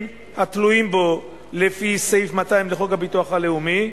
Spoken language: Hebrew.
התלויים בו לפי סעיף 200 לחוק הביטוח הלאומי,